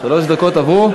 שלוש דקות עברו.